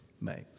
makes